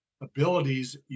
abilities